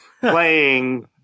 playing